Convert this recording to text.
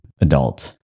adult